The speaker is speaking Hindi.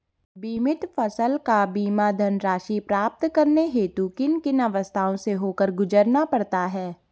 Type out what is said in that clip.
बीमित फसल का बीमा धनराशि प्राप्त करने हेतु किन किन अवस्थाओं से होकर गुजरना पड़ता है?